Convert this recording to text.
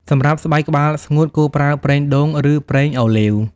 សម្រាប់ស្បែកក្បាលស្ងួត គួរប្រើប្រេងដូង ឬប្រេងអូលីវ។